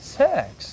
sex